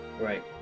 right